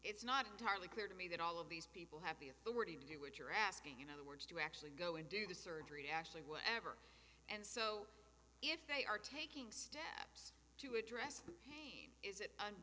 it's not entirely clear to me that all of these people have the authority to do what you're asking in other words to actually go and do the surgery actually whatever and so if they are taking steps to address the pain is it an